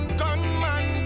gunman